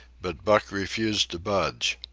but buck refused to budge.